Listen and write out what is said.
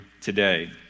today